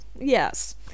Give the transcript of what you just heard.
yes